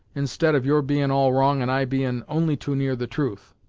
instead of your bein' all wrong, and i bein' only too near the truth.